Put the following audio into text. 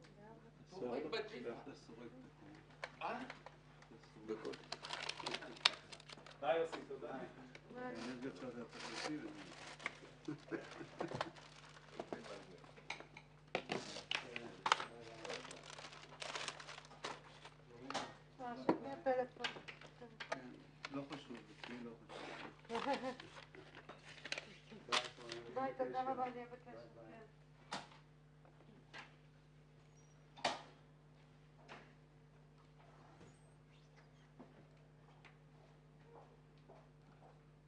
13:31. הישיבה ננעלה בשעה 13:31.